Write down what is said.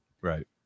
Right